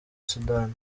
sudani